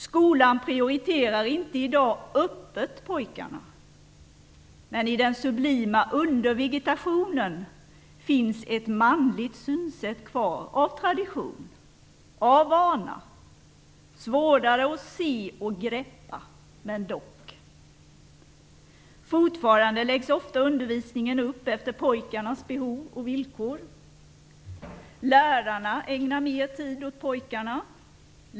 Skolan prioriterar inte i dag öppet pojkarna, men i den sublima undervegetationen finns ett manligt synsätt kvar av tradition, av vana, svårare att se och greppa, men dock. Fortfarande läggs ofta undervisningen upp efter pojkarnas behov och villkor. Lärarna ägnar mer tid åt pojkarna.